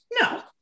No